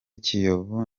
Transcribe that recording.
kiyovu